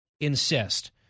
insist